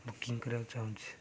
booking କରିବାକୁ ଚାହୁଁଛି